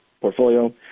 portfolio